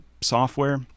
software